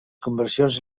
conversions